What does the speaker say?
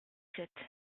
sept